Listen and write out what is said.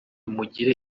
mugire